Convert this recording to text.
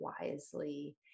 wisely